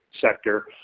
sector